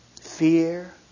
Fear